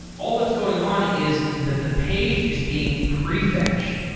all that's going on is that the page is being pre-fetched.